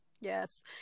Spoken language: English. Yes